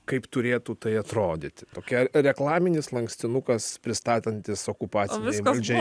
kaip turėtų tai atrodyti tokia reklaminis lankstinukas pristatantis okupacinei valdžiai